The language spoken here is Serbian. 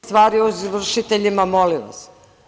stvari o izvršiteljima molim vas.